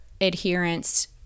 adherence